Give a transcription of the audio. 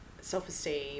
self-esteem